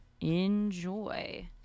enjoy